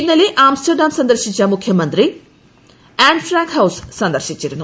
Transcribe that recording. ഇന്നലെ ആംസ്റ്റർഡാം സന്ദർശിച്ച മുഖ്യമന്ത്രി ആൻഫ്രാങ്ക്ഹൌസ് സന്ദർശിച്ചിരുന്നു